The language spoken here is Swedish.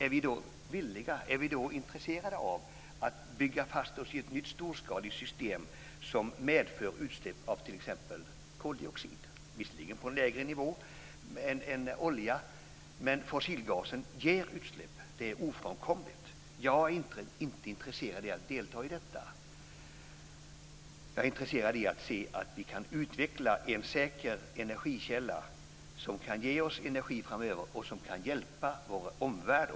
Är vi då villiga och intresserade av att bygga fast oss i ett nytt storskaligt system som medför utsläpp av t.ex. koldioxid, visserligen på en lägre nivå, men det är ofrånkomligt att fossilgasen ger utsläpp? Jag är inte intresserad av att delta i detta. Jag är intresserad av att se att vi kan utveckla en säker energikälla som kan ge oss energi framöver och som kan hjälpa också vår omvärld.